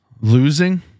Losing